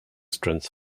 strength